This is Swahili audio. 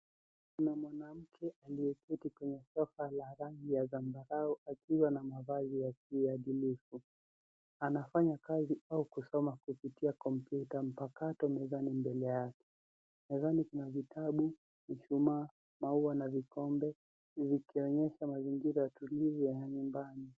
Kuna mwanamke aliyeketi kwenye sofa la rangi ya zambarau akiwa na mavazi akiwa na mavazi ya kiadilifu. Anafanya kazi au kusoma kupitia kompyuta mpakato mezani mbele yake. Mezani kuna vitabu, mishumaa, maua, na vikombe, vikionyesha mazingira ya utulivu ya nyumbani.